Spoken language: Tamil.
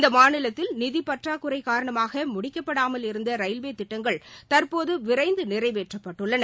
இந்த மாநிலத்தில் நிதி பற்றாக்குறை காரணமாக முடிக்கப்படாமல் இருந்த ரயில்வே திட்டங்கள் தற்போது விரைந்து நிறைவேற்றப்பட்டுள்ளன